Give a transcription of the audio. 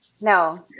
no